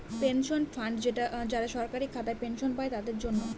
pension fund যারা সরকারি খাতায় পেনশন পাই তাদের জন্য